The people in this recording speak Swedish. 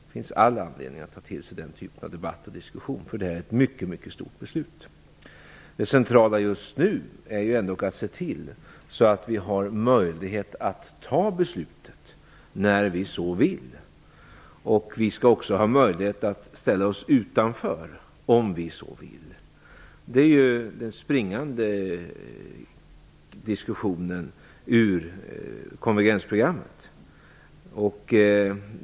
Det finns all anledning att ta till sig den typen av debatt och diskussion, för det här är ett mycket stort beslut. Det centrala just nu är ändock att se till att vi har möjlighet att fatta beslutet när vi så vill. Vi skall också ha möjlighet att ställa oss utanför om vi så vill. Det är den springande punkten i diskussionen om konvergensprogrammet.